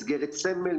מסגרת סמל,